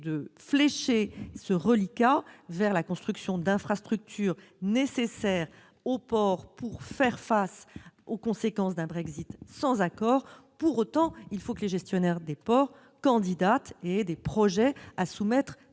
de flécher ce reliquat vers la construction d'infrastructures nécessaires aux ports pour faire face aux conséquences d'un Brexit sans accord. Pour autant, il faut que les gestionnaires des ports candidatent et soumettent